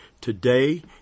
today